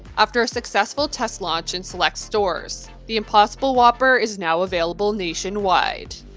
after a successful test launch in select stores, the impossible whopper is now available nationwide.